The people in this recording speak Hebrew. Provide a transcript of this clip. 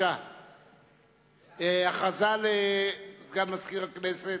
הודעה לסגן מזכיר הכנסת.